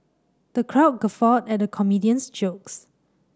the crowd guffawed at the comedian's jokes